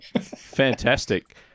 Fantastic